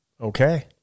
Okay